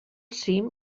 cim